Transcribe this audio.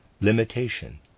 limitation